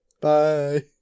bye